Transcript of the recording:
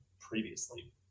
previously